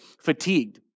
fatigued